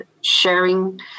sharing